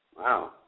Wow